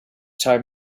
time